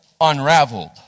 unraveled